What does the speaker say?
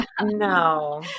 No